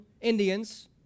Indians